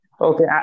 okay